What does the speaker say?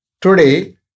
Today